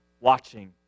watching